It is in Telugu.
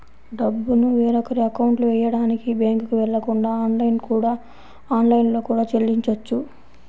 డబ్బుని వేరొకరి అకౌంట్లో వెయ్యడానికి బ్యేంకుకి వెళ్ళకుండా ఆన్లైన్లో కూడా చెల్లించొచ్చు